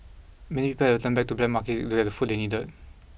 many people had to turn to the black market to get the food they needed